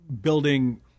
building